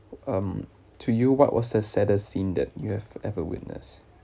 um to you what was the saddest scene that you have ever witnessed